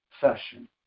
Session